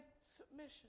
submission